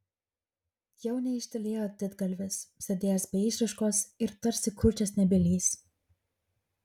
jau neištylėjo didgalvis sėdėjęs be išraiškos ir tarsi kurčias nebylys